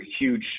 huge